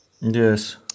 Yes